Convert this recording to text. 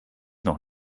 noch